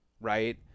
right